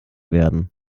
werden